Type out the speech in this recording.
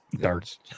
darts